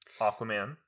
Aquaman